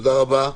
תודה רבה.